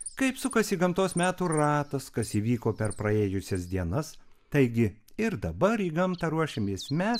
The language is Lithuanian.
kaip sukasi gamtos metų ratas kas įvyko per praėjusias dienas taigi ir dabar į gamtą ruošimės mes